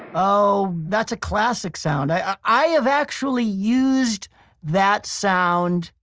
oh, that's a classic sound. i i have actually used that sound.